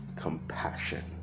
compassion